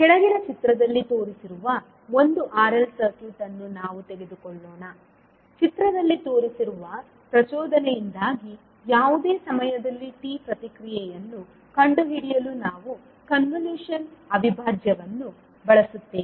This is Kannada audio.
ಕೆಳಗಿನ ಚಿತ್ರದಲ್ಲಿ ತೋರಿಸಿರುವ ಒಂದು RL ಸರ್ಕ್ಯೂಟ್ ಅನ್ನು ನಾವು ತೆಗೆದುಕೊಳ್ಳೋಣ ಚಿತ್ರದಲ್ಲಿ ತೋರಿಸಿರುವ ಪ್ರಚೋದನೆಯಿಂದಾಗಿ ಯಾವುದೇ ಸಮಯದಲ್ಲಿ t ಪ್ರತಿಕ್ರಿಯೆಯನ್ನು ಕಂಡುಹಿಡಿಯಲು ನಾವು ಕನ್ವಲ್ಯೂಷನ್ ಅವಿಭಾಜ್ಯವನ್ನು ಬಳಸುತ್ತೇವೆ